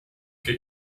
get